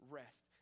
rest